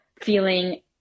feeling